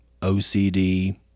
OCD